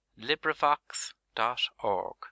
Librivox.org